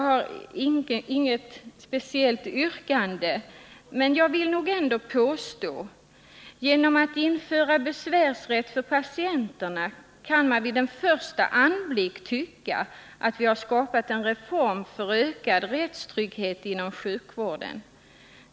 Fru talman! Genom att införa besvärsrätt för patienterna kan man vid en första anblick tycka att vi har skapat en reform för ökad rättsfrihet inom sjukvården.